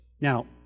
Now